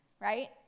right